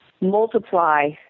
multiply